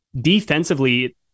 defensively